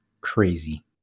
crazy